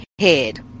head